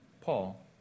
Paul